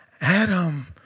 Adam